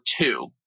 two